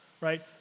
right